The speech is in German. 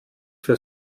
für